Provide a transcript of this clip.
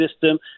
system